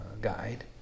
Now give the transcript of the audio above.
guide